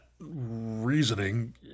reasoning